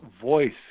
voice